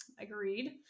Agreed